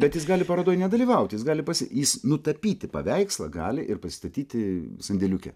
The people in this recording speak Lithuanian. bet jis gali parodoj nedalyvauti jis gali pasi jis nutapyti paveikslą gali ir pasistatyti sandėliuke